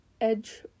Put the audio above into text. Edge